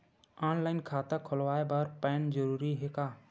Online खाता खुलवाय बर पैन जरूरी हे का?